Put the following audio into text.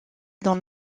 dans